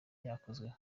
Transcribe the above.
yakozweho